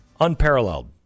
unparalleled